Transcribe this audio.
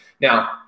Now